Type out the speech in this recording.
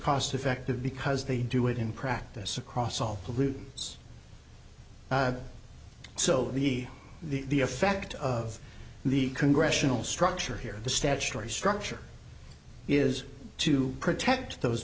cost effective because they do it in practice across all pollutants so the the effect of the congressional structure here the statutory structure is to protect those